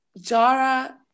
Jara